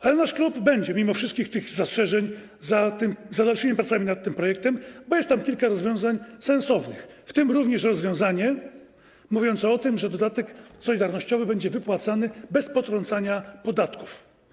Ale nasz klub mimo wszystkich zastrzeżeń będzie za dalszymi pracami nad tym projektem, bo jest tam kilka rozwiązań sensownych, w tym również rozwiązanie mówiące o tym, że dodatek solidarnościowy będzie wypłacany bez potrącania podatków.